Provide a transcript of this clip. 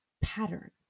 pattern